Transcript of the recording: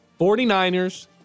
49ers